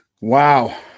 Wow